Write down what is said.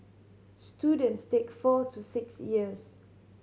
students take four to six years